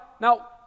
Now